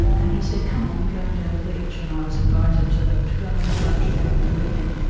and he said, come on, we're going down the beach and i was invited to to go and have lunch down there with him.